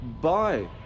Bye